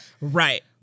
Right